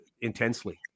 intensely